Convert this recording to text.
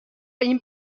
این